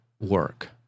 work